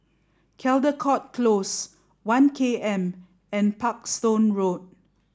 Caldecott Close One K M and Parkstone Road